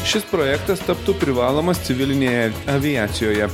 šis projektas taptų privalomas civilinėje aviacijoje